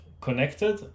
connected